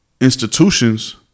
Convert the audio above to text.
institutions